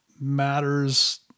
matters